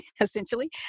essentially